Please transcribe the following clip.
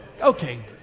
okay